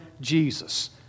Jesus